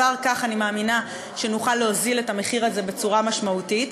כבר כך אני מאמינה שנוכל להוזיל את המחיר הזה בצורה משמעותית.